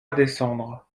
descendre